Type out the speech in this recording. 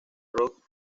rock